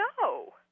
no